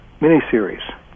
miniseries